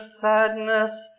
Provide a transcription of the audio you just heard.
sadness